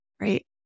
right